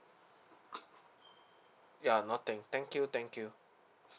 ya no thank thank you thank you